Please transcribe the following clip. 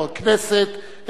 our Knesset,